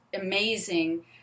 amazing